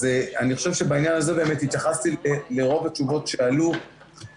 אני חושב שבעניין הזה באמת התייחסתי לרוב השאלות שהועלו.